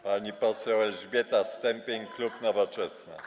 Pani poseł Elżbieta Stępień, klub Nowoczesna.